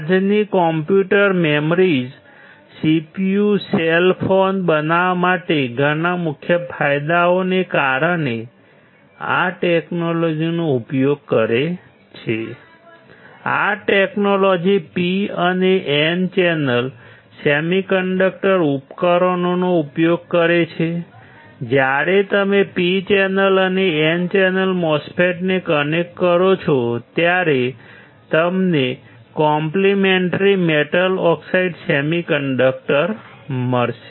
આજની computer memories CPU cell phone બનાવવા માટે ઘણા મુખ્ય ફાયદાઓને કારણે આ ટેકનોલોજીનો ઉપયોગ કરે છે આ ટેકનોલોજી P અને N ચેનલ સેમિકન્ડક્ટર ઉપકરણોનો ઉપયોગ કરે છે જ્યારે તમે P ચેનલ અને N ચેનલ MOSFETs ને કનેક્ટ કરો છો ત્યારે તમને કોમ્પલિમેન્ટરી મેટલ ઓક્સાઇડ સેમિકન્ડક્ટર મળશે